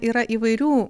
yra įvairių